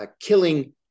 killing